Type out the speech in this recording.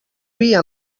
via